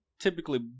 typically